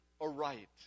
aright